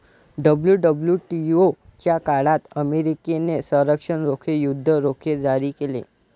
WWTO च्या काळात अमेरिकेने संरक्षण रोखे, युद्ध रोखे जारी केले